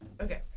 Okay